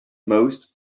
most